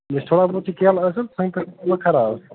تھوڑا بہت چھِ کیلہٕ اصٕل سنٛگتر پوٗرٕ خراب